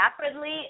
rapidly